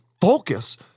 focus